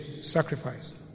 sacrifice